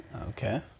Okay